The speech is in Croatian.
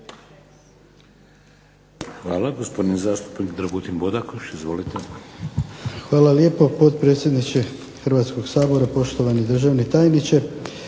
Hvala. Gospodin zastupnik Dragutin Bodakoš. **Bodakoš, Dragutin (SDP)** Hvala lijepo potpredsjedniče Hrvatskog sabora, poštovani državni tajniče.